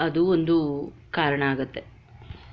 ಅದೂ ಒಂದು ಕಾರಣ ಆಗತ್ತೆ